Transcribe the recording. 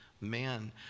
man